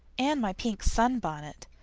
and my pink sun-bonnet.